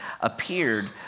appeared